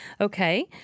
Okay